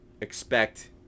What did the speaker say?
expect